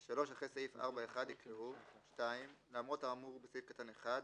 (2);"; (3)אחרי סעיף 4(1) יקראו: "(2)למרות האמור בסעיף קטן (1),